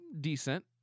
decent